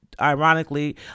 ironically